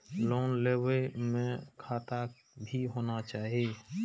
Loan लेबे में खाता भी होना चाहि?